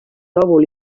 lòbul